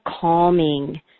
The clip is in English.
calming